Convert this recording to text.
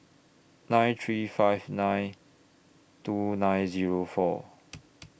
nine three five nine two nine Zero four